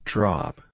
Drop